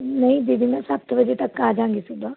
ਨਹੀਂ ਦੀਦੀ ਮੈਂ ਸੱਤ ਵਜੇ ਤੱਕ ਆ ਜਾਵਾਂਗੀ ਸਵੇਰੇ